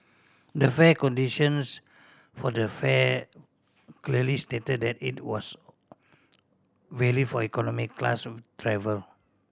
the fare conditions for the fare clearly stated that it was valid for economy class travel